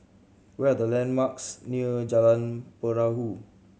what are the landmarks near Jalan Perahu